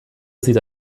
sieht